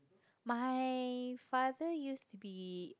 my father used to be